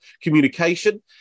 communication